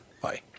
bye